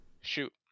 Shoot